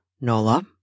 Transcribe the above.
Nola